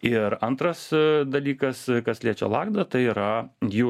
ir antras dalykas kas liečia lagdą tai yra jų